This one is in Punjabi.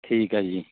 ਠੀਕ ਆ ਜੀ